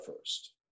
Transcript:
first